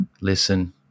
listen